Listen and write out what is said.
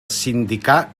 sindicar